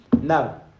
Now